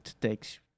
takes